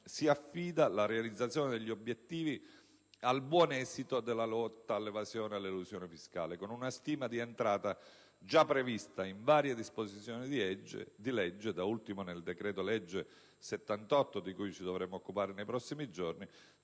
si affida la realizzazione degli obiettivi al buon esito della lotta all'evasione e all'elusione fiscale, con una stima di entrata, già prevista in varie disposizioni di legge (da ultimo nel decreto-legge n. 78 del 2009, di cui ci dovremo occupare nei prossimi giorni),